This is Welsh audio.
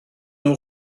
nhw